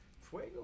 Fuego